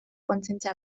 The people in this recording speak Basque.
kontzientzia